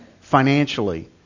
financially